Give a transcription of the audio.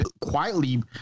quietly